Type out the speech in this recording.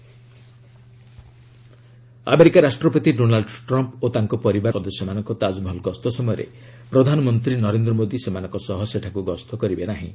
PM Trump Taj America ରାଷ୍ଟ୍ରପତି Donald Trump ଓ ତାଙ୍କ ପରିବାରର ସଦସ୍ୟମାନଙ୍କ ତାଜ୍ମହଲ୍ ଗସ୍ତ ସମୟରେ ପ୍ରଧାନମନ୍ତ୍ରୀ ନରେନ୍ଦ୍ର ମୋଦି ସେମାନଙ୍କ ସହ ସେଠାକୁ ଗସ୍ତ କରିବେ ନାହିଁ